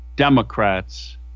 Democrats